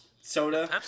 soda